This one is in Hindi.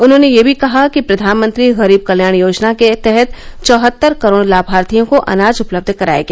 उन्होंने यह भी कहा कि प्रधानमंत्री गरीब कल्याण योजना के तहत चौहत्तर करोड़ लाभार्थियों को अनाज उपलब्ध कराया गया